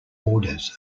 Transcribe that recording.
orders